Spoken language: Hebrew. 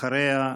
אחריה,